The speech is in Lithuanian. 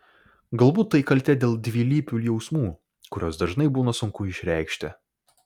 galbūt tai kaltė dėl dvilypių jausmų kuriuos dažnai būna sunku išreikšti